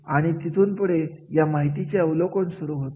आणि तिथून पुढे या माहितीचे अवलोकन सुरू होते